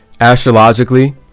Astrologically